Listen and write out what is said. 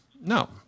no